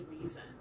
reason